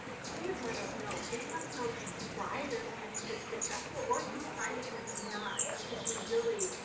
please let us know. please let us know if you try this and if it's successful or if you try it and it's not because we really,